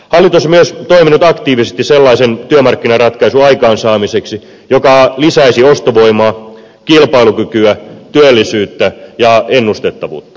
hallitus on myös toiminut aktiivisesti sellaisen työmarkkinaratkaisun aikaansaamiseksi joka lisäisi ostovoimaa kilpailukykyä työllisyyttä ja ennustettavuutta